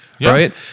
Right